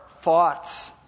thoughts